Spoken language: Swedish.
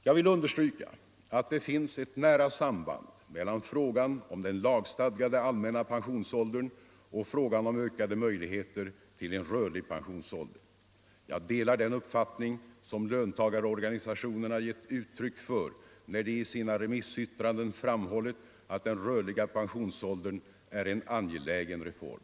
Jag vill understryka att det finns ett nära samband mellan frågan om den lagstadgade allmänna pensionsåldern och frågan om ökade möjlig heter till en rörlig pensionsålder. Jag delar den uppfattning som lön Nr 134 tagarorganisationerna gett uttryck för när de i sina remissyttranden fram Onsdagen den hållit att den rörliga pensionsåldern är en angelägen reform.